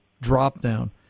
drop-down